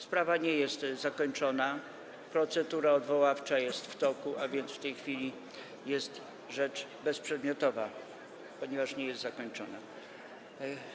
Sprawa nie jest zakończona, procedura odwoławcza jest w toku, a więc w tej chwili rzecz jest bezprzedmiotowa, ponieważ nie jest zakończona.